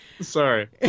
Sorry